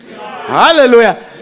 Hallelujah